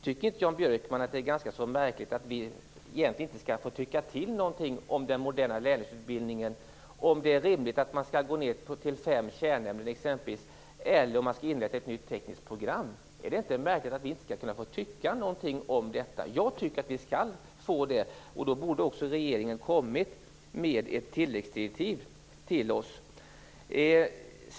Tycker inte Jan Björkman att det är ganska märkligt att vi inte skall få tycka någonting om den moderna lärlingsutbildningen, exempelvis om det är rimligt att gå ned till fem kärnämnen eller att inrätta ett nytt tekniskt program? Är det inte märkligt att vi inte skall få tycka någonting om detta? Jag tycker att vi skall få göra det. Regeringen borde därför ha kommit med tilläggsdirektiv till oss.